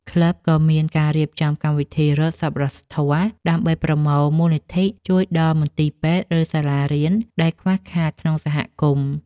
ក្លឹបក៏មានការរៀបចំកម្មវិធីរត់សប្បុរសធម៌ ដើម្បីប្រមូលមូលនិធិជួយដល់មន្ទីរពេទ្យ ឬសាលារៀនដែលខ្វះខាតក្នុងសហគមន៍។